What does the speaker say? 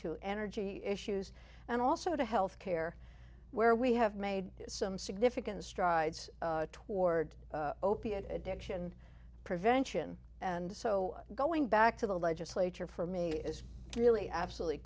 to energy issues and also to health care where we have made some significant strides toward opiate addiction prevention and so going back to the legislature for me is really absolutely